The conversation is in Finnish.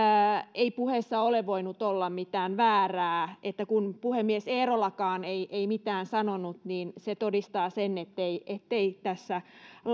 ei puheessa ole voinut olla mitään väärää että koska puhemies eerolakaan ei ei mitään sanonut niin se todistaa sen ettei tässä